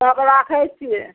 तब राखै छिए